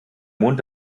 mond